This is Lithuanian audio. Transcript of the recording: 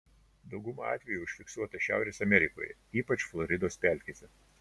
dauguma atvejų užfiksuota šiaurės amerikoje ypač floridos pelkėse